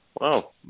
Wow